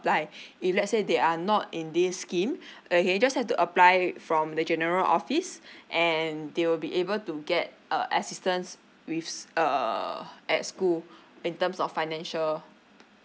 if let's say they are not in this scheme okay just have to apply from the general office and they will be able to get uh assistance with err at school in terms of financial